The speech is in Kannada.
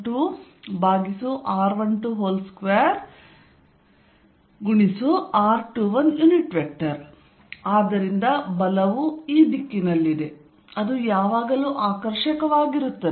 F1 Gm1m2r122r21 ಆದ್ದರಿಂದ ಬಲವು ಈ ದಿಕ್ಕಿನಲ್ಲಿದೆ ಇದು ಯಾವಾಗಲೂ ಆಕರ್ಷಕವಾಗಿರುತ್ತದೆ